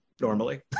normally